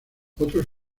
otros